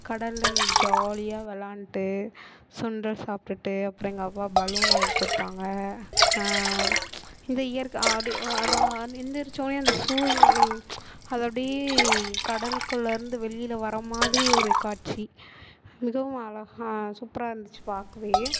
கடலில் நான் ஜாலியாக விளாண்ட்டு சுண்டல் சாப்பிட்டுட்டு அப்புறம் எங்கள் அப்பா பலூன் வாங்கி கொடுத்தாங்க இந்த இயற்கை அது எழுந்திரிச்சோன்னே அந்த சூரியன் அது அப்படியே கடல்குள்ளே இருந்து வெளியில் வர மாதிரி ஒரு காட்சி மிகவும் அழ சூப்பராக இருந்துச்சு பார்க்கவே